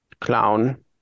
clown